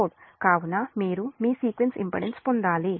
కాబట్టి మీరు మీ సీక్వెన్స్ ఇంపెడెన్స్ పొందాలి